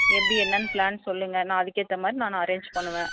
எப்படி என்னென்னு ப்ளான் சொல்லுங்கள் நான் அதுக்கேற்ற மாதிரி நான் அரேஞ்ச் பண்ணுவேன்